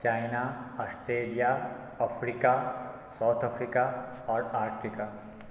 China Australia Australia Africa south Africa और Ertiga